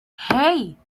hey